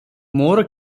ମୋର